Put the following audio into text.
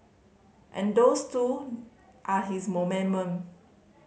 and those too are his